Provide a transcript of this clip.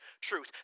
truth